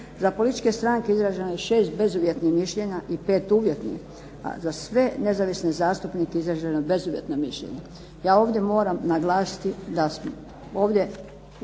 Za političke stranke izraženo je šest bezuvjetnih mišljenja a pet uvjetnih, a za sve nezavisne zastupnike izraženo je bezuvjetno mišljenje. Ja ovdje moram naglasiti da ovdje